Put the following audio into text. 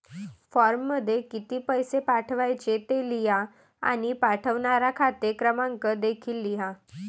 फॉर्ममध्ये किती पैसे पाठवायचे ते लिहा आणि पाठवणारा खाते क्रमांक देखील लिहा